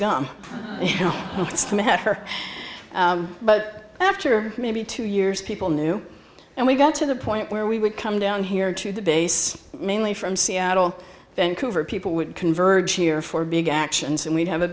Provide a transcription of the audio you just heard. her but after maybe two years people knew and we got to the point where we would come down here to the base mainly from seattle vancouver people would converge here for big actions and we'd have a